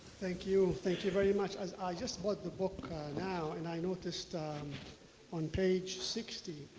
thank you. thank you very much. i just bought the book now and i noticed um on page sixty